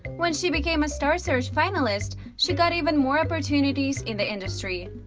when she became a star search finalist, she got even more opportunities in the industry.